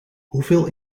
hoeveel